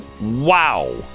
wow